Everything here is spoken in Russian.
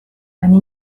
они